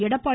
Edappadi